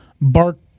Bark